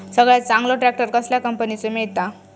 सगळ्यात चांगलो ट्रॅक्टर कसल्या कंपनीचो मिळता?